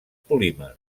polímers